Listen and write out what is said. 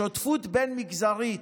שותפות בין-מגזרית,